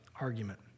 argument